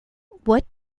what